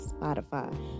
Spotify